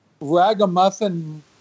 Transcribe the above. ragamuffin-